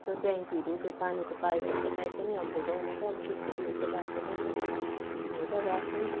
त्यो ट्याङ्कीहरू त्यो पानीको पाइपहरू त कहीँ पनि हाम्रो गाउँमा चाहिँ अब त्यस्तो उयोहरू चाहिँ भएको छैन हामी त अब आफ्नै